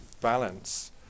balance